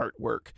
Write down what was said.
artwork